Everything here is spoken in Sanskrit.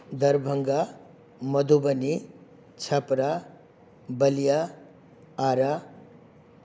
दर्भङ्गा मधुबनी छपरा बलिया आरा